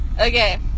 Okay